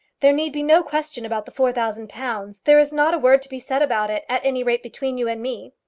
there need be no question about the four thousand pounds. there is not a word to be said about it at any rate between you and me.